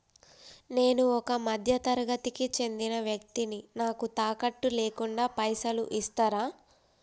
నేను ఒక మధ్య తరగతి కి చెందిన వ్యక్తిని నాకు తాకట్టు లేకుండా పైసలు ఇస్తరా?